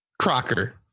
Crocker